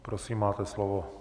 Prosím, máte slovo.